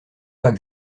pas